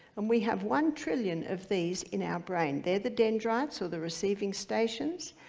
and we have one trillion of these in our brain. they're the dendrites, so the receiving stations,